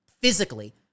physically